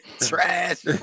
Trash